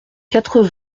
quatre